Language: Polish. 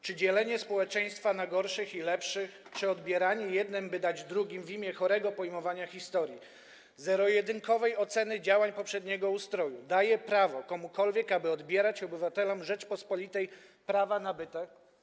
Czy dzielenie społeczeństwa na gorszych i lepszych, czy odbieranie jednym, by dać drugim - w imię chorego pojmowania historii, zero-jedynkowej oceny działań poprzedniego ustroju - daje prawo komukolwiek, aby odbierać obywatelom Rzeczypospolitej prawa nabyte?